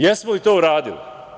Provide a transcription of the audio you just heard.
Jesmo li to uradili?